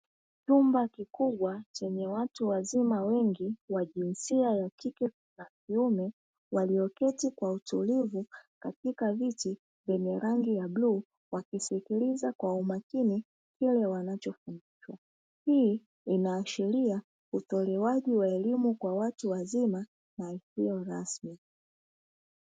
Chumba kikubwa chenye watu wazima wengi wa jinsia ya kike na kiume, walioketi kwa utulivu katika viti vyenye rangi ya bluu, wakisikiliza kwa umakini kile wanachofundishwa. Hii inaashiria utoaji wa elimu kwa watu wazima na isiyo rasmi.